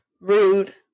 rude